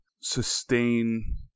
sustain